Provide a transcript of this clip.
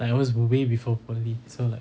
like I always go way before poly so like